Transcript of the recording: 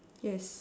yes